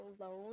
alone